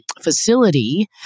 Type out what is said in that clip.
facility